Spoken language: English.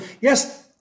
yes